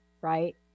right